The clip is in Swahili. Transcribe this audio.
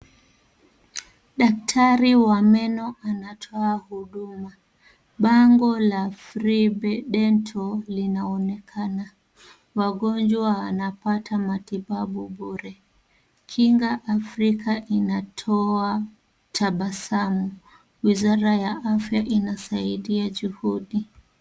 Daktari wa meno anatoa huduma. Bango la Frebe Dental linaonekana. Wagonjwa wanapata matibabu bure. Kinga Afrika inatoa tabasamu. Wizara ya afya inasaidia juhudi.